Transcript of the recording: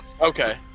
Okay